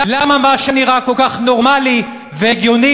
למה מה שנראה כל כך נורמלי והגיוני,